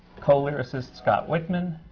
co-lyricist scott wittman,